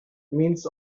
means